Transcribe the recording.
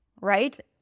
right